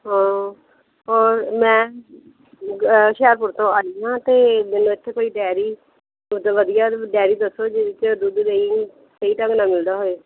ਹਾਂ ਔਰ ਮੈਂ ਹੁਸ਼ਿਆਰਪੁਰ ਤੋਂ ਆਈ ਹਾਂ ਅਤੇ ਮੈਨੂੰ ਇੱਥੇ ਕੋਈ ਡੈਅਰੀ ਦੁੱਧ ਵਧੀਆ ਡੈਅਰੀ ਦੱਸੋ ਜਿਹਦੇ 'ਚ ਦੁੱਧ ਦਹੀਂ ਸਹੀ ਢੰਗ ਨਾਲ ਮਿਲਦਾ ਹੋਵੇ